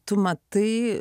tu matai